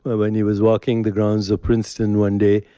when he was walking the grounds of princeton one day.